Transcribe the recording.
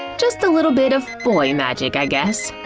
just a little bit of boy magic, i guess.